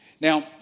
Now